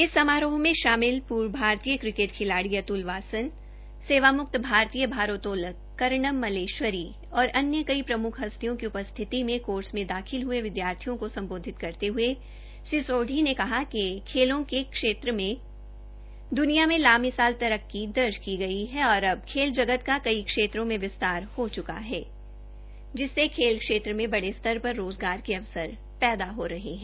इस समारोह में शामिल पूर्व भारतीय क्रिकेट खिलाड़ी अत्ल वासन सेवाम्क्त भारतीय भारतोलक करणम मलेश्वरी और अन्य प्रम्ख हस्तियों की उपस्थिति में कोर्स मे दाखिल हये विद्यार्थियों को सम्बोधित करते हये श्री सोढी ने कहा कि खेलों के क्षेत्रों में द्रनिया में ला मिसाल तरक्की की गई है और अब खेल जगत की कई क्षेत्रों में विस्तार हो च्का है जिससे खेल क्षेत्र मे बड़े स्तर पर रोज़गार के अवसर पैदा हो रहे है